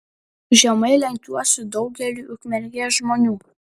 žemai lenkiuosi daugeliui ukmergės žmonių